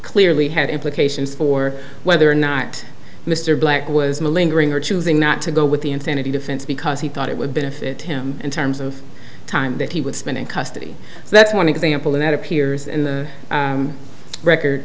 clearly had implications for whether or not mr black was melinda ring her choosing not to go with the insanity defense because he thought it would benefit him in terms of time that he would spend in custody so that's one example of that appears in the record